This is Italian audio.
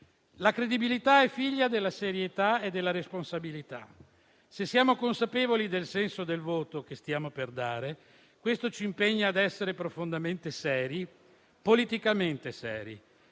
La credibilità è figlia della serietà e della responsabilità. Se siamo consapevoli del senso del voto che stiamo per dare, questo ci impegna a essere politicamente seri